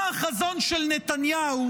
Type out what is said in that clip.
מה החזון של נתניהו?